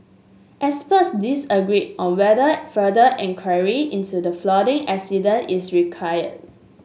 experts disagreed on whether further inquiry into the flooding accident is required